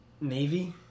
Navy